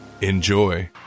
enjoy